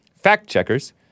Fact-checkers